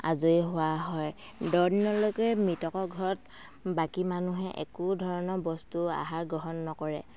আজৰি হোৱা হয় দহ দিনলৈকে মৃতকৰ ঘৰত বাকী মানুহে একো ধৰণৰ বস্তু আহাৰ গ্ৰহণ নকৰে